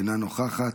אינה נוכחת,